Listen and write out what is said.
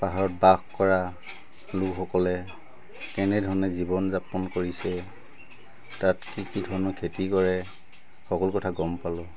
পাহাৰত বাস কৰা লোকসকলে কেনেধৰণে জীৱন যাপন কৰিছে তাত কি কি ধৰণৰ খেতি কৰে সকলো কথা গম পালোঁ